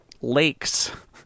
lakes